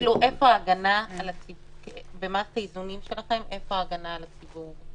לא הבנתי במערכת האיזונים שלכם איפה ההגנה על הציבור?